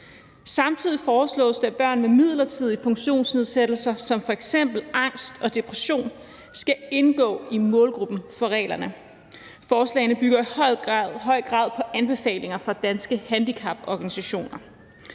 samtidig foreslås det, at børn med midlertidige funktionsnedsættelser som f.eks. angst og depression skal indgå i målgruppen for reglerne. Forslagene bygger i høj grad på anbefalinger fra Danske Handicaporganisationer.